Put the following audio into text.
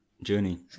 Journey